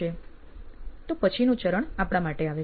તો પછીનું ચરણ આપણા માટે આવે છે